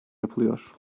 yapılıyor